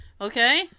Okay